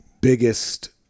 biggest